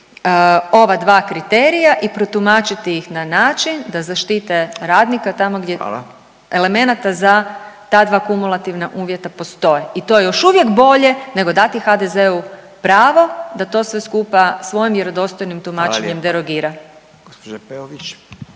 ova dva kriterija i protumačiti ih na način da zaštite radnika tamo gdje elemenata za ta dva kumulativna uvjeta postoje i to je još uvijek bolje nego dati HDZ-u pravo da to sve skupa svojim vjerodostojnim tumačenjem derogira.